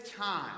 time